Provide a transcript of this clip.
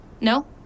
No